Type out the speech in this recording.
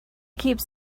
keeps